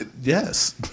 Yes